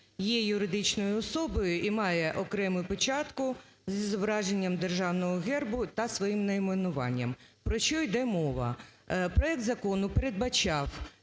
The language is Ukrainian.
є юридичною особою і має окрему печатку зі зображенням Державного гербу та своїм найменуванням", про що йде мова? Проект закону передбачав,